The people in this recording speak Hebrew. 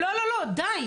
לא, לא, די.